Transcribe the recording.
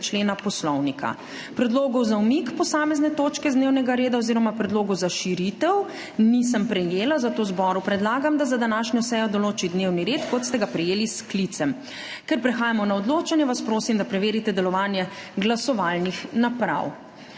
člena Poslovnika. Predlogov za umik posamezne točke z dnevnega reda oziroma predlogov za širitev nisem prejela. Zboru predlagam, da za današnjo sejo določi dnevni red, kot ste ga prejeli s sklicem. Ker prehajamo na odločanje, vas prosim, da preverite delovanje glasovalnih naprav.